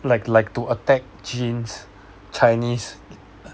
like like to attack genes chinese